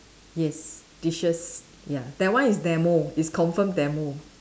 yes dishes ya that one is demo is confirm demo